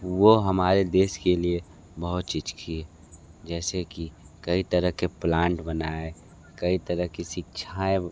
वो हमारे देश के लिए बहुत चीज़ किये जैसे की कई तरह के प्लांट बनाए कई तरह की शिक्षाएँ